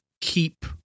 keep